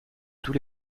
tout